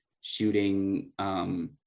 shooting